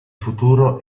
futuro